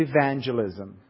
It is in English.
evangelism